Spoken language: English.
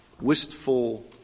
wistful